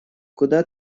куда